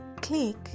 Click